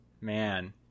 man